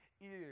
ears